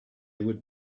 would